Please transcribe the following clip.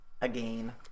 again